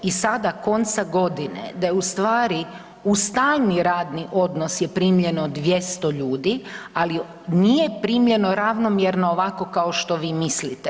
I sada konca godine, da je u stvari u stalni radni odnos je primljeno 200 ljudi, ali nije primljeno ravnomjerno ovako kao što vi mislite.